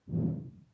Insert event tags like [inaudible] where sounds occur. [breath]